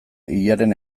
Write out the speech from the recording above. hilaren